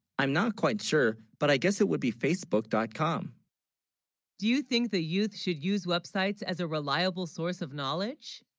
i'm not quite sure but i guess it would be facebook dot com do you, think the youth should, use websites as a reliable source of knowledge